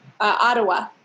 Ottawa